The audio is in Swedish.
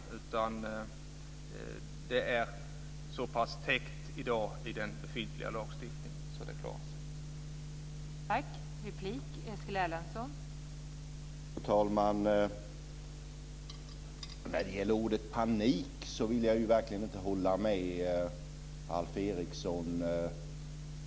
Det är i dag så pass täckt i den befintliga lagstiftningen att det klarar sig.